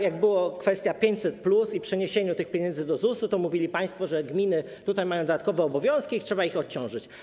Jak była kwestia 500+ i przeniesienia tych pieniędzy do ZUS, to mówili państwo, że gminy mają tutaj dodatkowe obowiązki, trzeba je odciążyć.